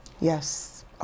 Yes